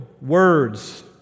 words